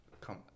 come